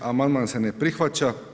Amandman se ne prihvaća.